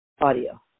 audio